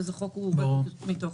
אז החוק ריק מתוכן.